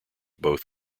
both